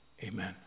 Amen